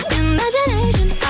imagination